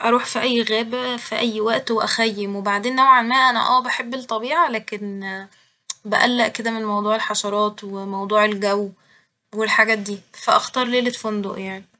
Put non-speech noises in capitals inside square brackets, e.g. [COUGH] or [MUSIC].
أروح في أي غابة في أي وقت وأخيم وبعدين نوعا ما أنا اه بحب الطبيعة لكن [HESITATION] بقلق كده من موضوع الحشرات و موضوع الجو والحاجات دي ، فأختار ليلة فندق يعني